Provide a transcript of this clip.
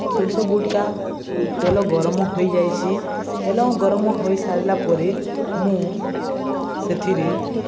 ସୋରିଷ ଗୁଣ୍ଡଟା ଓ ତେଲ ଗରମ ହୋଇଯାଇଛି ତେଲ ଗରମ ହୋଇସାରିଲା ପରେ ମୁଁ ସେଥିରେ